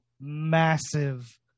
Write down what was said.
massive